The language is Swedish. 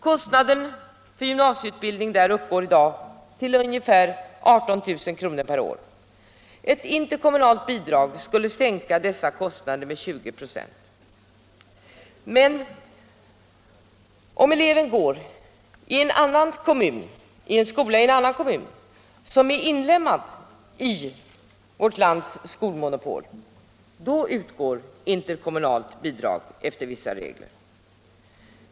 Kostnaderna för gymnasieutbildning där uppgår i dag till ungefär 18 000 kr. per år. Ett interkommunalt bidrag skulle sänka dessa kostnader med ca 20 96. Om eleven går i en skola som ligger i en annan kommun men som är inlemmad i vårt lands skolmonopol utgår ju interkommunalt bidrag efter vissa regler.